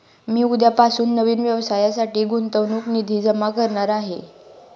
मी उद्यापासून नवीन व्यवसायासाठी गुंतवणूक निधी जमा करणार आहे